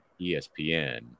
ESPN